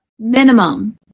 Minimum